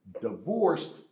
divorced